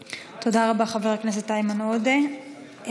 אינו נוכח איימן עודה,